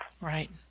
Right